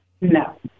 No